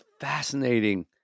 fascinating